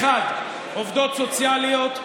אחד, עובדות סוציאליות.